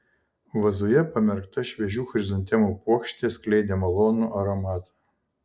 vazoje pamerkta šviežių chrizantemų puokštė skleidė malonų aromatą